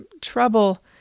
trouble